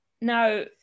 Now